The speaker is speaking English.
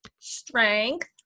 strength